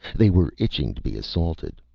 they were itching to be assaulted.